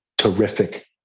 Terrific